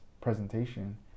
presentation